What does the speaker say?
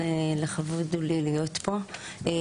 לכבוד הוא לי להיות פה,